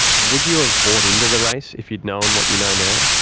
would you have bought into the race if you'd known what you know now?